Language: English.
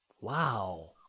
Wow